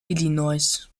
illinois